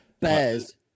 bears